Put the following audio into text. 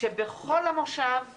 שבכל המושב יש